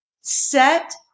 set